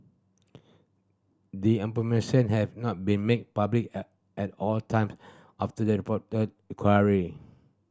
the information had not been made public at at all time of the reporter query